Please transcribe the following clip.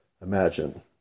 imagine